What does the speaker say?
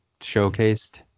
showcased